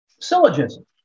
syllogism